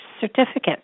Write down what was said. certificate